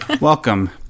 Welcome